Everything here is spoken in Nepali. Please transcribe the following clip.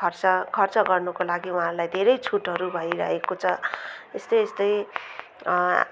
खर्च खर्च गर्नुको लागि उहाँहरूलाई धेरै छुटहरू भइरहेको छ यस्तै यस्तै